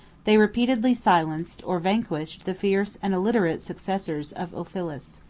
they repeatedly silenced, or vanquished, the fierce and illiterate successors of ulphilas.